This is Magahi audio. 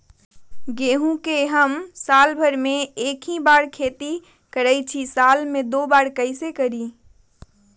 गेंहू के हमनी साल भर मे एक बार ही खेती करीला साल में दो बार कैसे करी?